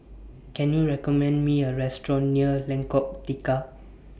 Can YOU recommend Me A Restaurant near Lengkok Tiga